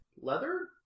leather